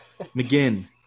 McGinn